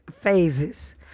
phases